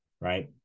Right